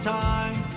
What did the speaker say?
time